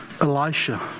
Elisha